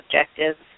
objectives